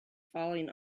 falling